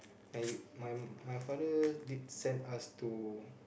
and you my my father did send us to